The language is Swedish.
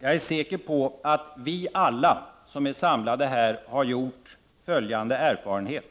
Jag är säker på att vi alla som är samlade här har gjort följande erfarenhet.